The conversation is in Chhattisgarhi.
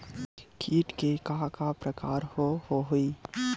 कीट के का का प्रकार हो होही?